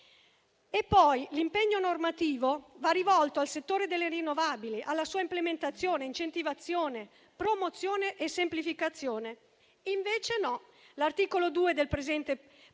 vive. L'impegno normativo va rivolto al settore delle rinnovabili, alla sua implementazione, incentivazione, promozione e semplificazione. Invece no: l'articolo 2 del presente provvedimento